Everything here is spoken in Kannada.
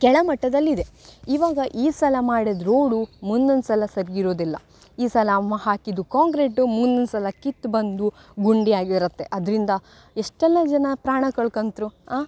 ಕೆಳಮಟ್ಟದಲ್ಲಿದೆ ಇವಾಗ ಈ ಸಲ ಮಾಡಿದ ರೋಡು ಮುಂದೊಂದು ಸಲ ಸರಿ ಇರೋದಿಲ್ಲ ಈ ಸಲ ಅಮ್ಮ ಹಾಕಿದ್ದು ಕಾಂಕ್ರೇಟು ಮುಂದಿನ ಸಲ ಕಿತ್ತು ಬಂದು ಗುಂಡಿ ಆಗಿರುತ್ತೆ ಅದರಿಂದ ಎಷ್ಟೆಲ್ಲ ಜನ ಪ್ರಾಣ ಕಳ್ಕೊಂತ್ರು